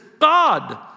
God